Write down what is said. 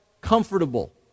comfortable